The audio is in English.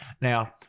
Now